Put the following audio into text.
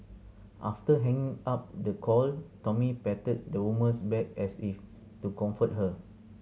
after hanging up the call Tommy patted the woman's back as if to comfort her